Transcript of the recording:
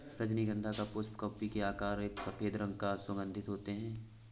रजनीगंधा का पुष्प कुप्पी के आकार का और सफेद रंग का सुगन्धित होते हैं